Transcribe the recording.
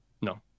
No